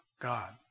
God